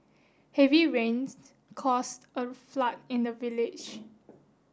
heavy rains caused a flood in the village